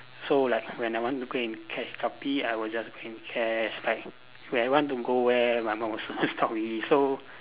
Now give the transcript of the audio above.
so like when I want to go and catch guppy I will just go and catch like when I want to go where my mum also won't stop me so